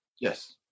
Yes